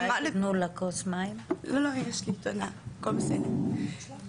כשהגעתי והתלוננתי, נעניתי בתשובה